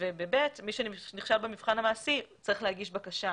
ובסעיף (ב), מי שנכשל במבחן המעשי צריך להגיש בקשה